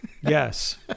Yes